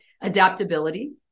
adaptability